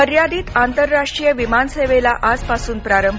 मर्यादित आंतरराष्ट्रीय विमान सेवेला आजपासून प्रारंभ